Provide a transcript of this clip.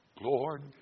Lord